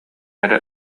эрэ